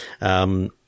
Um-